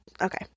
Okay